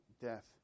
death